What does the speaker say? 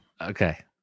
Okay